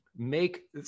make